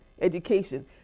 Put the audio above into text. education